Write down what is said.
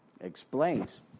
explains